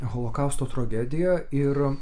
holokausto tragediją ir